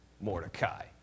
Mordecai